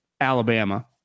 Alabama